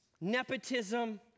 nepotism